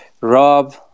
Rob